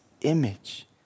image